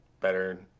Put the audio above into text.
better